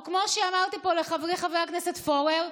או כמו שאמרתי פה לחברי חבר הכנסת פורר,